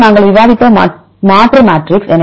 பின்னர் நாங்கள் விவாதித்த மாற்று மேட்ரிக்ஸ்